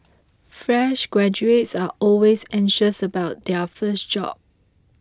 fresh graduates are always anxious about their first job